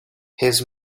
his